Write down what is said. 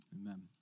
Amen